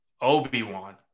Obi-Wan